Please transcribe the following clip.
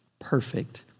perfect